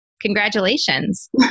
congratulations